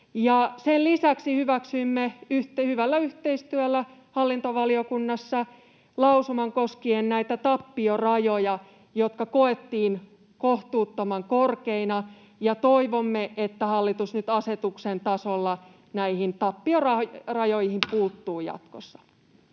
Sen lisäksi hyväksyimme hyvällä yhteistyöllä hallintovaliokunnassa lausuman koskien näitä tappiorajoja, jotka koettiin kohtuuttoman korkeiksi, ja toivomme, että hallitus nyt asetuksen tasolla näihin tappiorajoihin [Puhemies